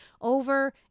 over